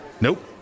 Nope